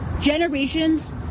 Generations